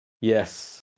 Yes